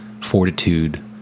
Fortitude